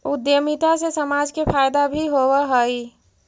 उद्यमिता से समाज के फायदा भी होवऽ हई